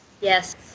yes